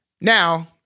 Now